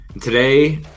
Today